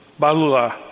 Balula